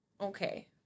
Okay